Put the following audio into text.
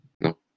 no